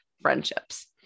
friendships